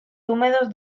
húmedos